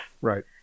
right